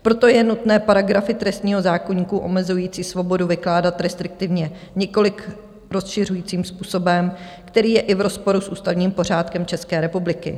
Proto je nutné paragrafy trestního zákoníku omezující svobodu vykládat restriktivně, nikoliv rozšiřujícím způsobem, který je i v rozporu s ústavním pořádkem České republiky.